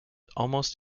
almost